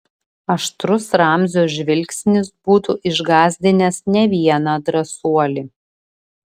aštrus ramzio žvilgsnis būtų išgąsdinęs ne vieną drąsuolį